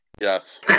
Yes